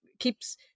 Keeps